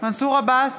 מנסור עבאס,